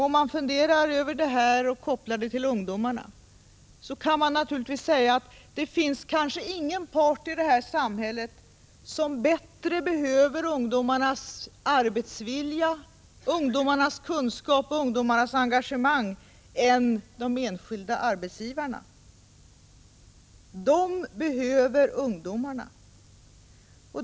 Om man funderar över detta och kopplar det till ungdomarnas situation, kan man naturligtvis säga att det kanske inte finns någon part i detta samhälle som bättre behöver ungdomarnas arbetsvilja, kunskap och engagemang än de enskilda arbetsgivarna. De behöver ungdomarna.